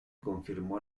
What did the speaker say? confirmó